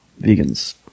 vegans